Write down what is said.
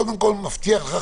קודם כול מבטיח לך,